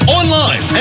online